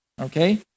Okay